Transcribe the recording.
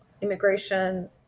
immigration